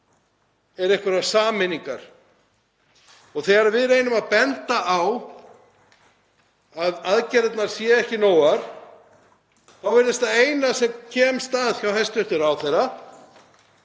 einhverjar sameiningar. Þegar við reynum að benda á að aðgerðirnar séu ekki nógar þá virðist það eina sem kemst að hjá hæstv. ráðherra